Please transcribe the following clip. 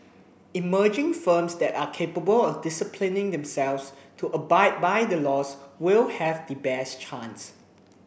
emerging firms that are capable of disciplining themselves to abide by the laws will have the best chance